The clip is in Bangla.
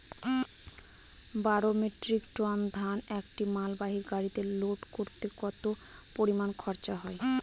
বারো মেট্রিক টন ধান একটি মালবাহী গাড়িতে লোড করতে কতো পরিমাণ খরচা হয়?